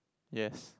yes